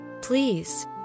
Please